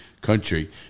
country